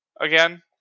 again